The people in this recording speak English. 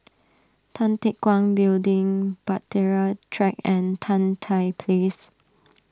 Tan Teck Guan Building Bahtera Track and Tan Tye Place